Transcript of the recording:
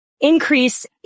increase